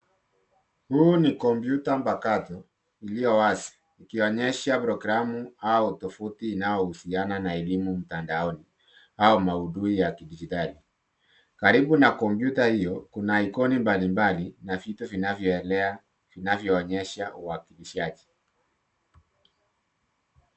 Huu ni kompyuta mpakato iliyo wazi ukionyesha programu au tovuti inayohusiana na elimu mtandaoni au maudhui ya kidijitali. Karibu na konpyuta hio kuna ikoni mbalimbali na videi vinavyoelea vinavyoonyesha uwakilishaji.